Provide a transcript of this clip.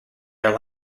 their